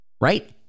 right